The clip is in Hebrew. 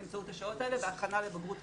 באמצעות השעות האלה וכמובן הכנה לבגרות.